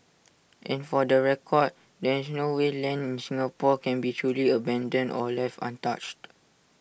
and for the record there is no way land in Singapore can be truly abandoned or left untouched